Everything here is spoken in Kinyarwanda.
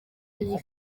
iyi